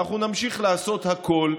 ואנחנו נמשיך לעשות הכול,